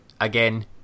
again